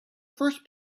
first